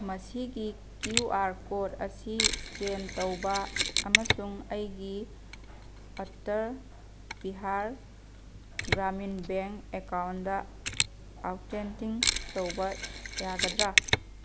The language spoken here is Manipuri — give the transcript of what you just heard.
ꯃꯁꯤꯒꯤ ꯀ꯭ꯌꯨ ꯑꯥꯔ ꯀꯣꯠ ꯑꯁꯤ ꯁ꯭ꯀꯦꯟ ꯇꯧꯕ ꯑꯃꯁꯨꯡ ꯑꯩꯒꯤ Uttar Bihar Gramin bank account authentic ꯇꯧꯕ ꯌꯥꯒꯗ꯭ꯔ